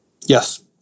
Yes